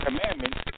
commandments